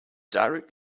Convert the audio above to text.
direct